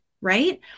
right